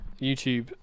YouTube